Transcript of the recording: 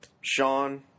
sean